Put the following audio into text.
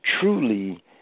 truly